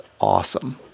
awesome